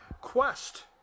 quest